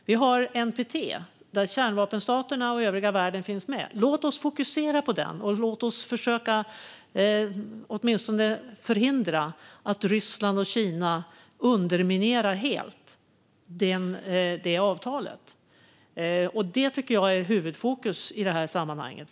Vi har NPT, där kärnvapenstaterna och övriga världen finns med. Låt oss fokusera på den, och låt oss åtminstone försöka förhindra att Ryssland och Kina helt underminerar det avtalet. Detta tycker jag ska vara huvudfokus i det här sammanhanget.